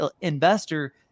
investor